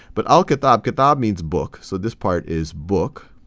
but al-kitab, kitab means book. so this part is book.